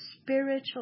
spiritual